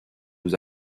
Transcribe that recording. nous